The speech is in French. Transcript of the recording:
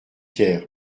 hier